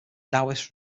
daoist